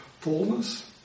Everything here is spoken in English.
fullness